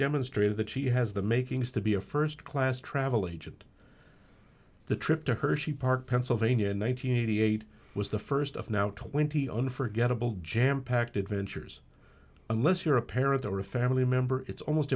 demonstrated that she has the makings to be a first class travel agent the trip to hersheypark pennsylvania in one thousand nine hundred eight was the first of now twenty unforgettable jampacked adventures unless you're a parent or a family member it's almost